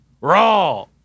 raw